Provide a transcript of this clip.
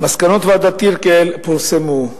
מסקנות ועדת-טירקל פורסמו,